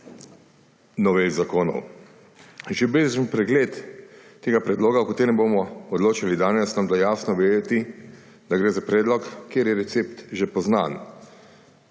novel zakonov. Že bežen pregled tega predloga, o katerem bomo odločali danes, nam da jasno vedeti, da gre za predlog, kjer je recept že poznan.